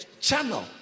channel